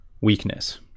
weakness